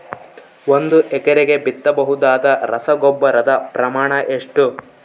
ಒಂದು ಎಕರೆಗೆ ಬಿತ್ತಬಹುದಾದ ರಸಗೊಬ್ಬರದ ಪ್ರಮಾಣ ಎಷ್ಟು?